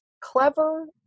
clever